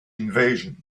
invasion